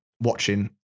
watching